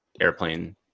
airplane